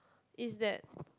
is that